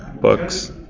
Books